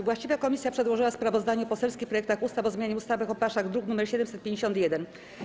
Właściwa komisja przedłożyła sprawozdanie o poselskich projektach ustaw o zmianie ustawy o paszach, druk nr 751.